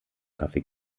kaffee